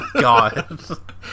God